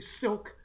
Silk